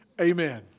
Amen